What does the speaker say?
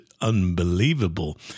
unbelievable